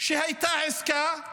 שהייתה עסקה,